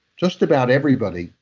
just about everybody,